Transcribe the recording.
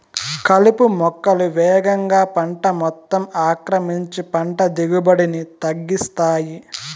కలుపు మొక్కలు వేగంగా పంట మొత్తం ఆక్రమించి పంట దిగుబడిని తగ్గిస్తాయి